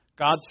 God's